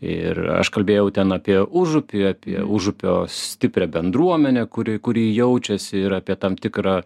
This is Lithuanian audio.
ir aš kalbėjau ten apie užupį apie užupio stiprią bendruomenę kuri kuri jaučiasi ir apie tam tikrą